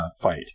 fight